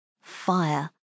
Fire